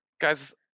guys